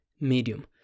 medium